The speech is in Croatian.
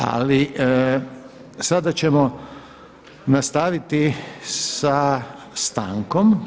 Ali sada ćemo nastaviti sa stankom.